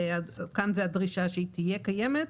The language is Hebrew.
כאן יש דרישה שהיא תהיה קיימת.